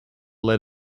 lead